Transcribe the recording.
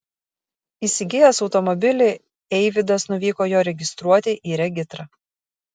įsigijęs automobilį eivydas nuvyko jo registruoti į regitrą